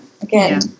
again